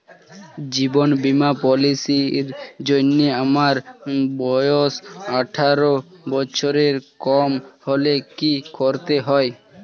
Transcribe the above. জীবন বীমা পলিসি র জন্যে আমার বয়স আঠারো বছরের কম হলে কি করতে হয়?